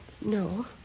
No